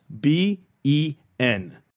B-E-N